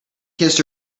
kissed